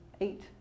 eight